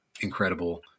incredible